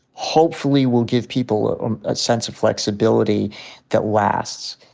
hopefully will give people a sense of flexibility that lasts.